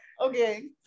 Okay